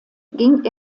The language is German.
ging